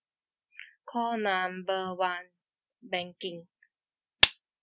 call number one banking